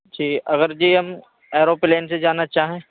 ٹھیک اگر جی ہم ایروپلین سے جانا چاہیں